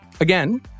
Again